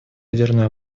ядерную